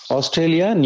Australia